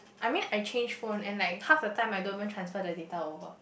I mean I change phone and like half the time I don't transfer the data over